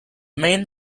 main